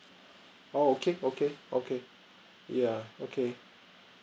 oh okay okay okay yeah okay